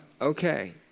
okay